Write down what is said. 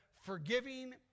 forgiving